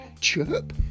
Chirp